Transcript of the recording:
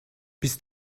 bist